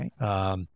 Right